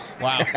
Wow